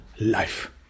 Life